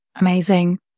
Amazing